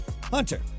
Hunter